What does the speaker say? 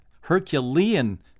Herculean